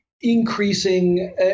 increasing